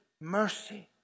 mercy